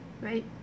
Right